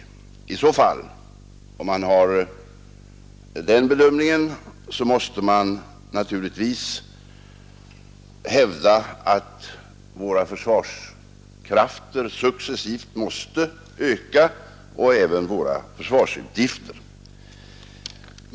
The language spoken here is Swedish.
Om man gör den bedömningen måste man naturligtvis hävda att våra försvarskrafter och försvarsutgifter successivt kommer att öka.